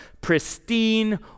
pristine